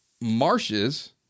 marshes